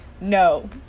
No